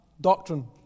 doctrine